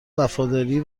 وفاداری